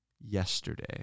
yesterday